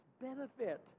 benefit